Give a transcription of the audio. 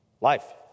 Life